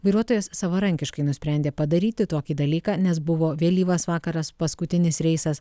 vairuotojas savarankiškai nusprendė padaryti tokį dalyką nes buvo vėlyvas vakaras paskutinis reisas